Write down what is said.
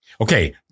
Okay